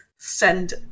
send